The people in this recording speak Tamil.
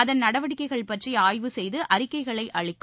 அதன் நடவடிக்கைகள் பற்றி ஆய்வு செய்து அறிக்கைகளை அளிக்கும்